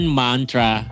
mantra